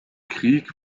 krieg